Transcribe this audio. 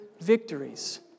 victories